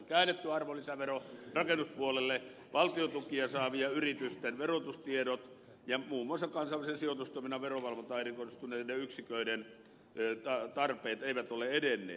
käännetty arvonlisävero rakennuspuolelle valtion tukia saavien yritysten verotustietojen valvominen ja muun muassa kansainvälisen sijoitustoiminnan verovalvontaan erikoistuneen yksikön perustaminen eivät ole edenneet